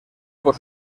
por